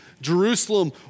Jerusalem